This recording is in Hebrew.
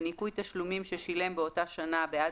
בניכוי תשלומים ששילם באותה שנה בעד